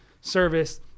service